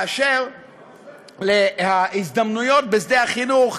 מאוד מאוד באשר להזדמנויות בשדה החינוך,